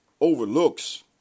overlooks